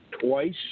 twice